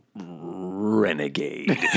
Renegade